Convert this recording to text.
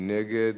מי נגד?